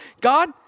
God